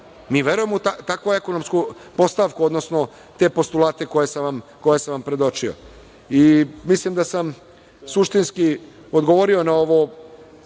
mi verujemo u takvu ekonomsku postavku, odnosno te postulate koje sam vam predočio. Mislim da sam suštinski odgovorio na ove